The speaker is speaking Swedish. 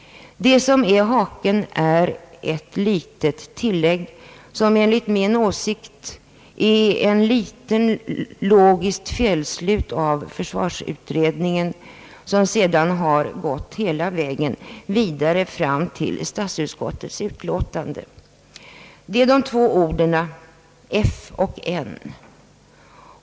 Det som är haken är ett litet tillägg, som enligt min åsikt innebär ett litet 1ogiskt felslut av försvarsutredningen men som sedan gått hela vägen vidare fram till statsutskottets utlåtande. Det är de två bokstäverna f och n.